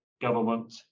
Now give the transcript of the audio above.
Government